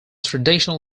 traditional